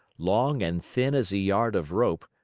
long and thin as a yard of rope,